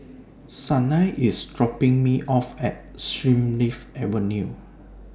Sanai IS dropping Me off At Springleaf Avenue